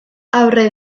aurre